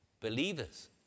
believers